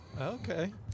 Okay